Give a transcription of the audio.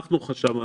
אנחנו חשבנו,